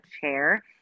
chair